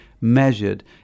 measured